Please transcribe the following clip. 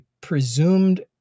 presumed